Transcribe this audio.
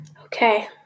Okay